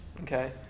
okay